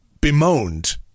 bemoaned